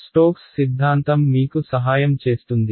Stokes సిద్ధాంతం మీకు సహాయం చేస్తుంది